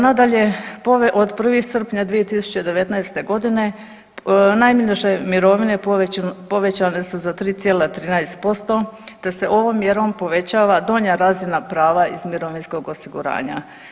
Nadalje, od 1. srpnja 2019. g. najniže mirovine povećane su za 3,13% te se ovom mjerom povećava donja razina prava iz mirovinskog osiguranja.